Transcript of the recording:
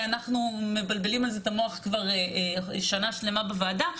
אנחנו מבלבלים על זה את המוח כבר שנה שלמה בוועדה,